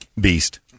beast